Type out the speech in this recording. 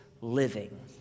living